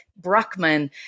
Bruckman